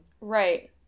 right